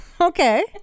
Okay